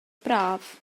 braf